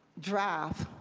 draft,